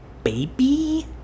baby